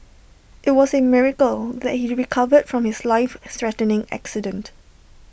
IT was A miracle that he recovered from his life threatening accident